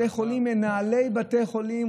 מנהלי בתי חולים,